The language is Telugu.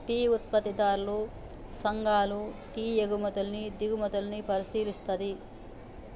టీ ఉత్పత్తిదారుల సంఘాలు టీ ఎగుమతుల్ని దిగుమతుల్ని పరిశీలిస్తది